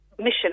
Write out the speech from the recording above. mission